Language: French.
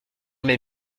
mes